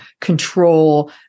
control